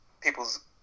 people's